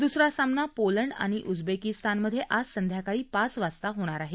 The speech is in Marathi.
दुसरा सामना पोलंड आणि उजदेकिस्तानमधे आज संध्याकाळी पाच वाजता होणार आहे